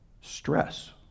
stress